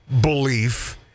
belief